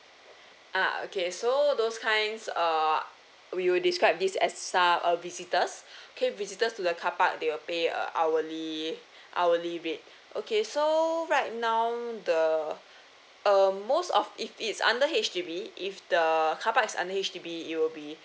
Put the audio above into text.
ah okay so those kinds err we will describe this as star uh visitors K visitors to the carpark they will pay uh hourly hourly rate okay so right now the uh most of if it's under H_D_B if the carpark is under H_D_B it will be